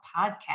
podcast